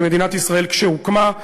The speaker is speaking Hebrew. ומדינת ישראל כשהוקמה,